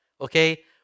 Okay